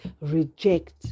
reject